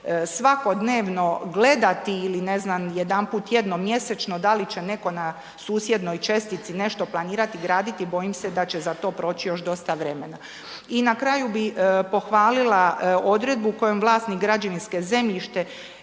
svakodnevno gledati ili ne znam, jedanput tjedno, mjesečno, da li će netko na susjednoj čestici nešto planirati graditi, bojim se da će za to proći još dosta vremena. I na kraju bih pohvalila odredbu kojom vlasnik građevinskog zemljišta